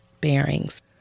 bearings